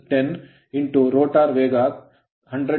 53 ಆದ್ದರಿಂದ ಇದು PM17